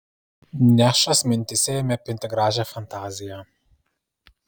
nešas mintyse ėmė pinti gražią fantaziją